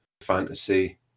fantasy